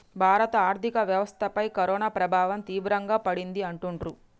భారత ఆర్థిక వ్యవస్థపై కరోనా ప్రభావం తీవ్రంగా పడింది అంటుండ్రు